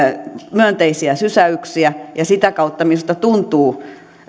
myönteisiä sysäyksiä sitä kautta minusta tuntuu esimerkiksi